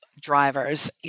drivers